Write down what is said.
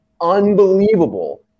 unbelievable